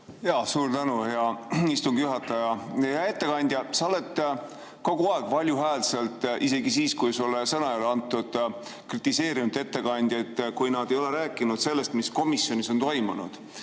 Suur tänu, hea istungi juhataja! Hea ettekandja! Sa oled kogu aeg valjuhäälselt, isegi siis, kui sulle sõna ei ole antud, kritiseerinud ettekandjaid, kui nad ei ole rääkinud sellest, mis komisjonis on toimunud.